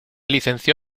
licenció